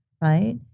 right